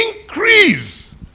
Increase